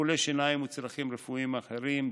טיפולי שיניים וצרכים רפואיים אחרים,